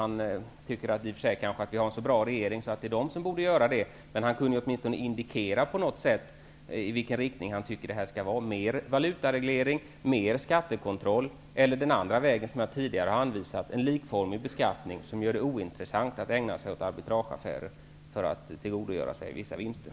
Han kanske tycker att vi har en så bra regering att den borde göra det, men han kunde åtminstone indikera på något sätt i vilken riktning förslaget skall gå: mer valutareglering, mer skattekontroll eller en likvärdig beskattning -- dvs. den väg som jag tidigare har redovisat -- som gör det ointressant att ägna sig åt arbitrageaffärer för att tillgodogöra sig vissa vinster.